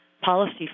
policy